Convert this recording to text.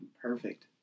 Perfect